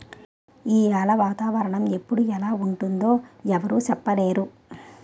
ఈయాల వాతావరణ ఎప్పుడు ఎలా ఉంటుందో ఎవరూ సెప్పనేరు